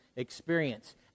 experience